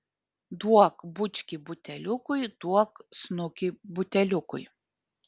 duok bučkį buteliukui duok snukį buteliukui